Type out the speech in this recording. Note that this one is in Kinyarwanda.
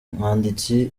umwanditsi